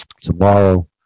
tomorrow